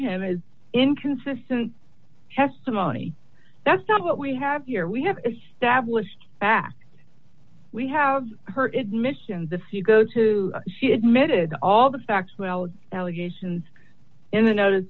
him is inconsistent testimony that's not what we have here we have established fact we have her it missions if you go to she admitted all the facts well allegations in the notice